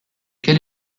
quel